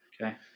Okay